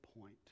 point